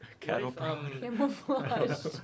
camouflage